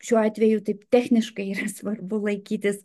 šiuo atveju taip techniškai yra svarbu laikytis